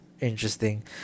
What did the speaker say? interesting